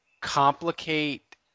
complicate